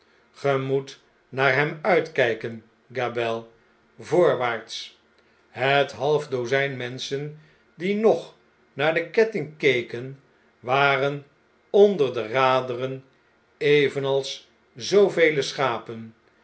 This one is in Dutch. ge moet naar hem uitkjjken gabelle voorwaarts het half dozjjn menschen die nog naar den ketting keken waren onder de raderen evenals zoovele schapen